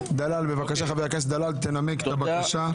בבקשה חבר הכנסת דלל, תנמק את הבקשה.